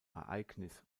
ereignis